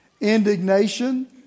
indignation